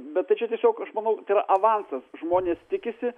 bet tai čia tiesiog aš manau tai yra avansas žmonės tikisi